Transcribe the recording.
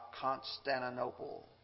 Constantinople